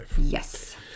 Yes